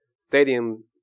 stadium